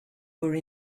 were